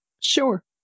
Sure